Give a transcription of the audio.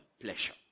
pleasure